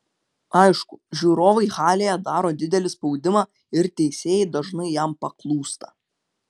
aišku žiūrovai halėje daro didelį spaudimą ir teisėjai dažnai jam paklūsta